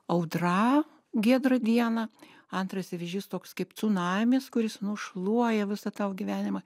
audra giedrą dieną antras vėžys toks kaip cunamis kuris nušluoja visą tavo gyvenimą